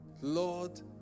Lord